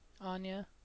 anya